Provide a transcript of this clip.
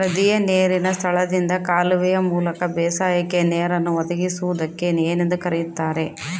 ನದಿಯ ನೇರಿನ ಸ್ಥಳದಿಂದ ಕಾಲುವೆಯ ಮೂಲಕ ಬೇಸಾಯಕ್ಕೆ ನೇರನ್ನು ಒದಗಿಸುವುದಕ್ಕೆ ಏನೆಂದು ಕರೆಯುತ್ತಾರೆ?